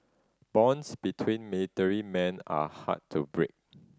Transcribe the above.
bonds between military men are hard to break